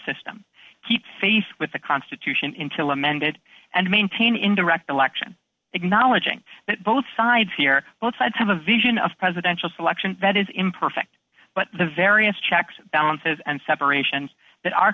system keep faith with the constitution intil amended and maintain in direct election acknowledging that both sides here both sides have a vision of presidential selection vet is imperfect but the various checks and balances and separations that are